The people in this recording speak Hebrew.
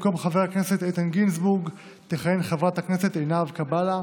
במקום חבר הכנסת איתן גינזבורג תכהן חברת הכנסת עינב קאבלה,